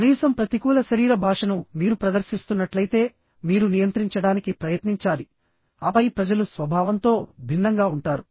కనీసం ప్రతికూల శరీర భాషను మీరు ప్రదర్శిస్తున్నట్లయితే మీరు నియంత్రించడానికి ప్రయత్నించాలిఆపై ప్రజలు స్వభావంతో భిన్నంగా ఉంటారు